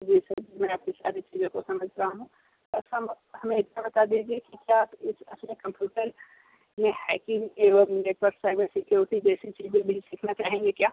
जी sir मैं आपकी सारी चीज़ों को समझता हूँ आप बस हमें इतना बता दीजिए कि क्या आप इस अपने कंप्युटर में हैकिंग एवं नेटवर्क साइबर सिक्योरिटी जैसी चीज़ें भी सीखना चाहेंगे क्या